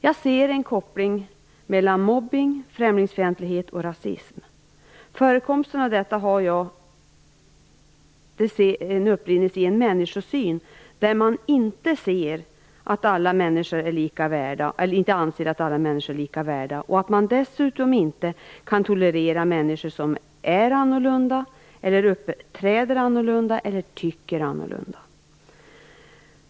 Jag ser en koppling mellan mobbning, främlingsfientlighet och rasism. Förekomsten av detta har sin upprinnelse i en människosyn där man inte anser att alla människor är lika värda, och där man inte kan tolerera människor som är annorlunda, ser annorlunda ut eller tycker annorlunda.